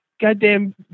Goddamn